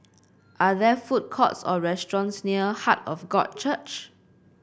are there food courts or restaurants near Heart of God Church